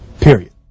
Period